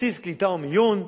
בסיס קליטה ומיון,